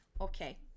okay